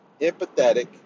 empathetic